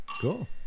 Cool